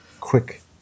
quick